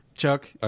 Chuck